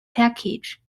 package